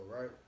right